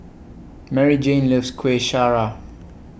Maryjane loves Kueh Syara